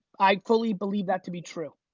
i fully believe that to be true.